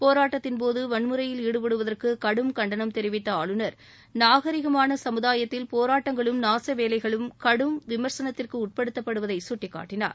போராட்டத்தின் போது வன்முறையில் ஈடுபடுவதற்கு கடும் கண்டனம் தெரிவித்த ஆளுநர் நாகரிகமான சமுதாயத்தில் போராட்டங்களும் நாச வேலைகளும் கடும் விம்சனத்திற்கு உட்படுத்தப்படுவதை சுட்டிக்காட்டினார்